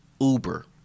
uber